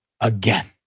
again